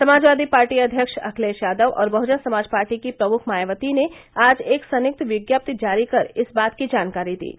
Samajwadi Party अध्यक्ष अखिलेश यादव और Bahujan Samaj Party की प्रमुख मायावती ने आज एक संयुक्त विज्ञप्ति जारी कर इस बात की जानकारी दी है